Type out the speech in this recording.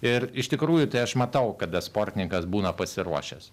ir iš tikrųjų tai aš matau kada sportininkas būna pasiruošęs